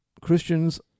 Christians